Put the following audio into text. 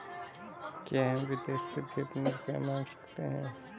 क्या हम विदेश से भी अपना रुपया मंगा सकते हैं?